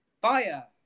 Fire